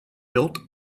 built